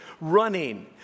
Running